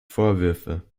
vorwürfe